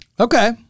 Okay